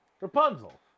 Rapunzel